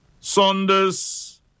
Saunders